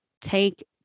take